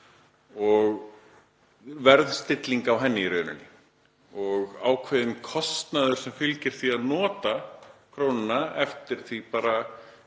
og verðstilling á henni. Það er ákveðinn kostnaður sem fylgir því að nota krónuna eftir því í